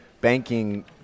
banking